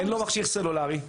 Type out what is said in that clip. אין לו מכשיר סלולארי,